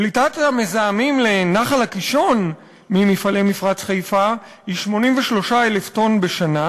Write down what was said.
פליטת המזהמים לנחל קישון ממפעלי מפרץ חיפה היא 83,000 טון בשנה,